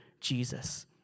Jesus